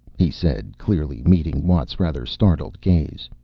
he said clearly, meeting watt's rather startled gaze.